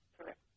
Correct